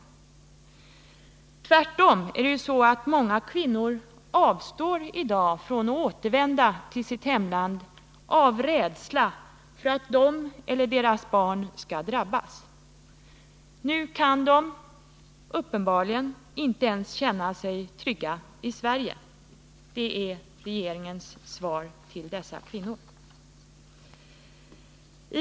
Det är ju tvärtom så, att många kvinnor i dag avstår från att återvända till sitt hemland av rädsla för att de eller deras barn skall drabbas. Nu kan de uppenbarligen inte känna sig trygga ens i Sverige. Det är regeringens svar på dessa kvinnors problem.